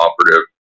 operative